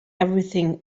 everything